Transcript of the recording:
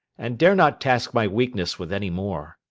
and dare not task my weakness with any more.